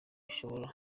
ishobora